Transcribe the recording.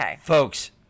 folks